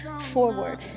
forward